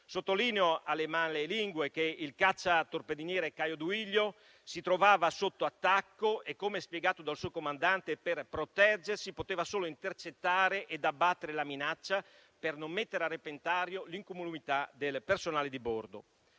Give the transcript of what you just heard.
Sottolineo alle malelingue che il cacciatorpediniere Caio Duilio si trovava sotto attacco e - come spiegato dal suo comandante - per proteggersi poteva solo intercettare ed abbattere la minaccia, per non mettere a repentaglio l'incolumità del personale di bordo.